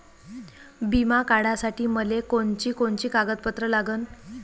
बिमा काढासाठी मले कोनची कोनची कागदपत्र लागन?